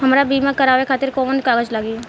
हमरा बीमा करावे खातिर कोवन कागज लागी?